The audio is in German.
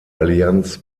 allianz